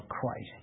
Christ